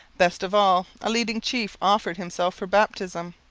best of all, a leading chief offered himself for baptism.